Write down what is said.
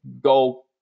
go